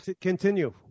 continue